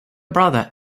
brother